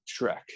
Shrek